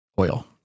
oil